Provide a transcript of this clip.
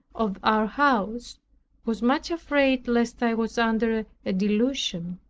of our house was much afraid lest i was under a delusion.